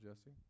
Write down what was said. Jesse